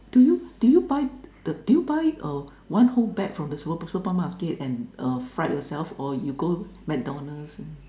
do you do you buy the do you buy uh one whole bag from the small supermarket and uh fried yourself or you go McDonald's